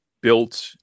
built